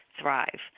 thrive